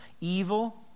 evil